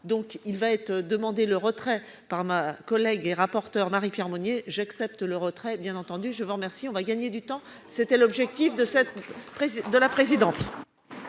Donc il va être demandé le retrait par ma collègue et rapporteur Marie-Pierre Monnier, j'accepte le retrait bien entendu je vous remercie. On va gagner du temps. C'était l'objectif de cette